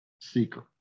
seeker